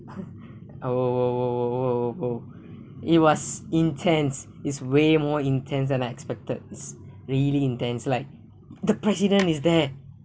oh !whoa! !whoa! !whoa! !whoa! !whoa! !whoa! it was intense it's way more intense than I expected really intense like the president is there